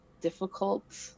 difficult